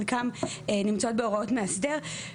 חלקן נמצאות בהוראות מאסדר,